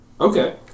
Okay